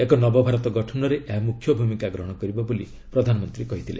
ଏକ ନବଭାରତ ଗଠନରେ ଏହା ମୁଖ୍ୟ ଭୂମିକା ଗ୍ରହଣ କରିବ ବୋଲି ପ୍ରଧାନମନ୍ତ୍ରୀ କହିଛନ୍ତି